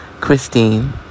Christine